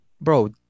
Bro